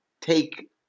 take